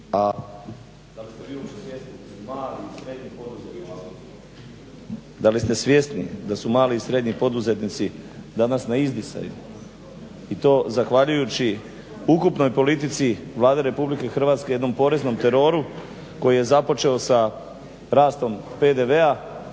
da li ste svjesni da su mali i srednji poduzetnici danas na izdisaju i to zahvaljujući ukupnoj politici Vlade Republike Hrvatske, jednom poreznom teroru koji je započeo sa rastom PDV-a,